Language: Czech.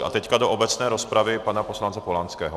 A teď máme do obecné rozpravy pana poslance Polanského.